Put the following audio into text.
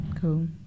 Cool